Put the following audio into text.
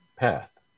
path